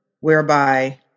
whereby